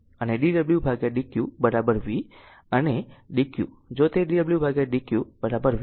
અને dw dq v અને dq જો તે dw dq v છે જે સમીકરણ 1